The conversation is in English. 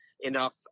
enough